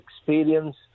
experience